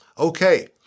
Okay